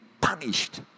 punished